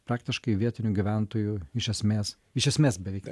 praktiškai vietinių gyventojų iš esmės iš esmės beveik